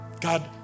God